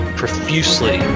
profusely